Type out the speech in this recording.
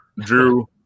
Drew